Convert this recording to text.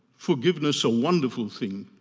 forgiveness, a wonderful thing,